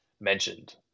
mentioned